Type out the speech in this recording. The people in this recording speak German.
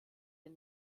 den